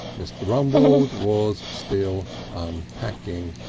mr. rumbold was still unpacking.